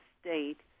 state